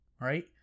right